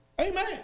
Amen